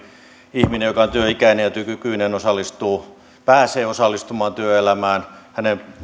ihminen joka on työikäinen ja työkykyinen pääsee osallistumaan työelämään hänen